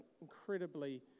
incredibly